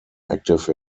active